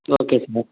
okay sir